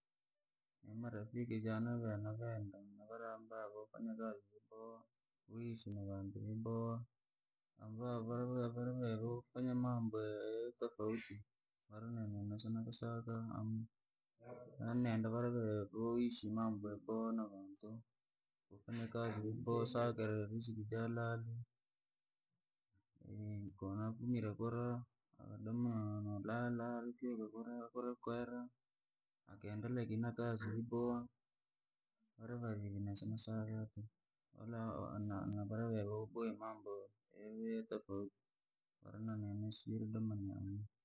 Nini marafiki jane vene navenda vaboya kazi vyaboha, kuishi na vantu vyaboha, vare vene voishi mambo yatofauti, va nini si ni vasakaa amuna, varavene voishi mambo vyaboha na vantu, vakaboya kazi vyaboka vakasalara riziki jahalali. Konafumire kura nodoma nolala ni kiitika kura kwera, ni kaendelea kii nakazi vyaboha, vara nvivya nosinasaka tuku navara vene voboya ya via ya tofauti, ni niridoma nae tuku.